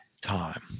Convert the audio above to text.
time